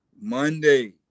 Monday